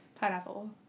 Pineapple